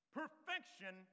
perfection